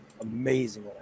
amazing